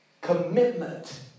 commitment